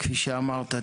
כפי שאמרת,